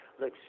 look